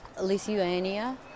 Lithuania